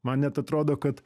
man net atrodo kad